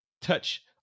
touch